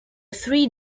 three